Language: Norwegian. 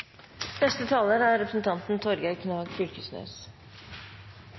Neste replikant er representanten Torgeir Knag Fylkesnes.